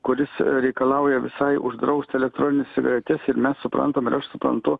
kuris reikalauja visai uždraust elektronines cigaretes ir mes suprantam ir aš suprantu